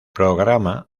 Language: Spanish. programa